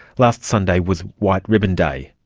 last sunday was white ribbon day,